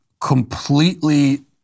completely